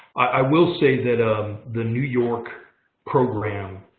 i will say that um the new york program,